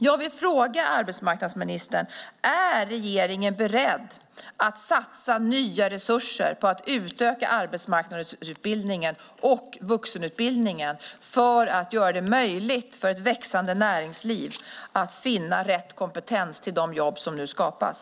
Jag vill fråga arbetsmarknadsministern: Är regeringen beredd att satsa nya resurser på att utöka arbetsmarknadsutbildningen och vuxenutbildningen för att göra det möjligt för ett växande näringsliv att finna rätt kompetens till de jobb som nu skapas?